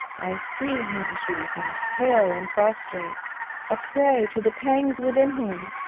i see him she resumed, pale and prostrate a prey to the pangs within him,